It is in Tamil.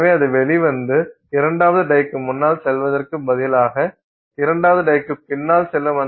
எனவே அது வெளியே வந்து இரண்டாவது டைக்கு முன்னால் செல்வதற்குப் பதிலாக இரண்டாவது டைக்கு பின்னால் செல்லும்